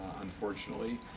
unfortunately